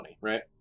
right